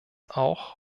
auch